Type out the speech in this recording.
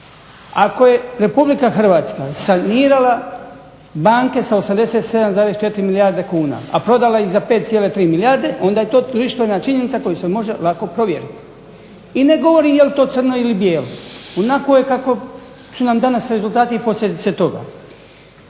Ako je Republika Hrvatska sanirala banke sa 87,4 milijarde kuna, a prodala ih za 5,3 milijarde onda je to društvena činjenica koju se može lako provjeriti. I ne govorim je li to crno ili bijelo, onakvo je kako su nam danas rezultati i posljedice toga.